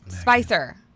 Spicer